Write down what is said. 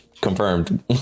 confirmed